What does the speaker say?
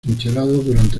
durante